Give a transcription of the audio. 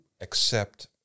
accept